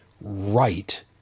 right